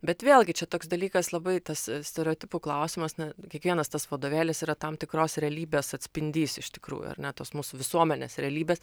bet vėlgi čia toks dalykas labai tas stereotipų klausimas na kiekvienas tas vadovėlis yra tam tikros realybės atspindys iš tikrųjų ar ne tos mūsų visuomenės realybės